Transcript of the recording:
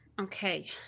Okay